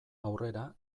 aurrera